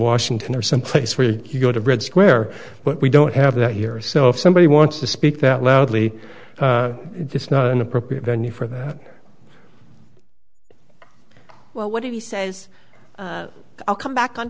washington or someplace where you go to red square but we don't have that here so if somebody wants to speak that loudly this is not an appropriate venue for that well what he says i'll come back on